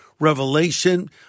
Revelation